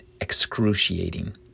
Excruciating